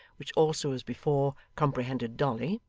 which also as before comprehended dolly,